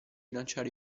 lanciare